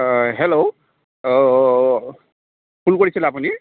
অ hello অ' phone কৰিছিলে আপুনি